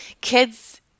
Kids